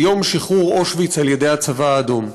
ביום שחרור אושוויץ על-ידי הצבא האדום.